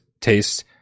taste